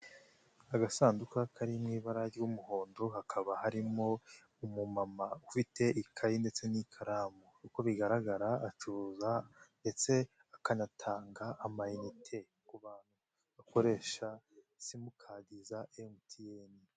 Agasanduku kari mu ibara ry'umuhondo hakaba harimo umu mama ufite ikayi ndetse n'ikaramu, uko bigaragara acuruza ndetse akanatanga amayinite ku bantu bakoresha simukadi za emutiyeni.